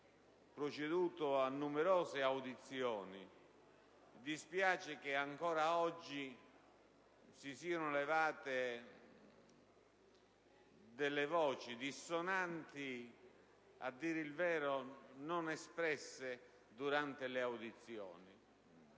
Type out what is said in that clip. proceduto a numerose audizioni, che ancora oggi si siano levate delle voci dissonanti, a dire il vero non espresse durante le audizioni.